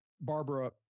Barbara